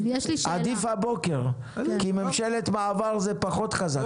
עדיף הבוקר, כי ממשלת מעבר זה פחות חזק.